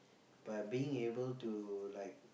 but being able to like